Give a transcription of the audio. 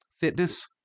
fitness